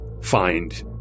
find